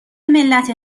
ملت